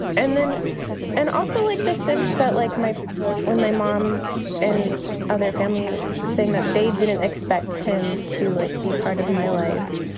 and then and also like this sense that, like my when my mom and other family saying that they didn't expect him to, like, be part of my life,